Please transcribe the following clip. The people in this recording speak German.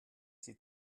sie